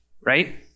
right